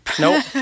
Nope